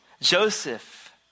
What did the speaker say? Joseph